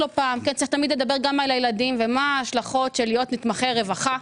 צריך תמיד לדבר גם על הילדים ומה ההשלכות של להיות נתמכי רווחה,